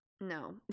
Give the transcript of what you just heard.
no